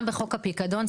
גם בחוק הפקדון,